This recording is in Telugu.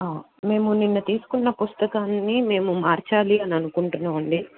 మేము నిన్న తీసుకున్న పుస్తకాన్ని మేము మార్చాలి అని అనుకుంటున్నామండి